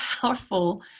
powerful